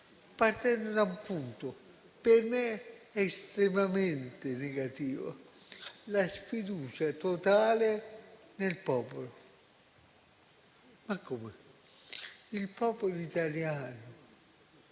partendo da un punto per me estremamente negativo: la sfiducia totale nel popolo. Ma come? Il popolo italiano,